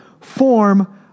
form